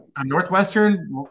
Northwestern